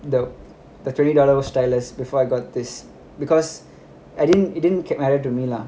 the twenty dollar stylus before I got this because I didn't it didn't matter to me lah